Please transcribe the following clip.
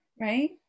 right